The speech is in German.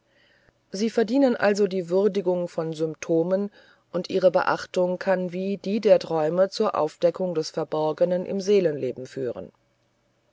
sie verdienen also die würdigung von symptomen und ihre beachtung kann wie die der träume zur aufdeckung des verborgenen im seelenleben führen